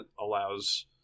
allows